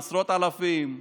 עשרות אלפים?